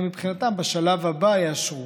הם, מבחינתם, בשלב הבא יאשרו.